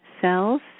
cells